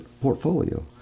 portfolio